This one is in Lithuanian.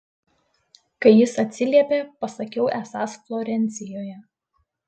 kai jis atsiliepė pasakiau esąs florencijoje